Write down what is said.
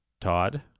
Todd